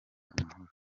amahoro